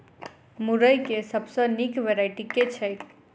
मुरई केँ सबसँ निक वैरायटी केँ छै?